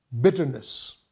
bitterness